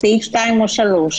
סעיף 2 או סעיף 3